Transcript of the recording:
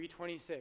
326